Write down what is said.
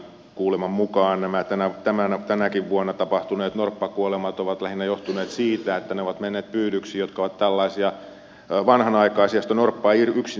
kuuleman mukaan nämä tänäkin vuonna tapahtuneet norppakuolemat ovat johtuneet lähinnä siitä että ne ovat menneet pyydyksiin jotka ovat tällaisia vanhanaikaisia joista norppa ei yksin irti pääse